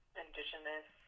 indigenous